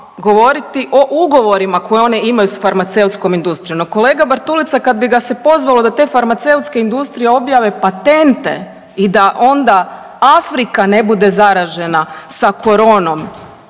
govoriti o ugovorima koje oni imaju s farmaceutskom industrijom, no kolega Bartulica kad bi ga se pozvalo da te farmaceutske industrije objave patente i da onda Afrika ne bude zaražena sa koronom